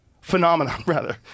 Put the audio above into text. phenomena—rather